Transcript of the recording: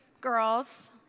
girls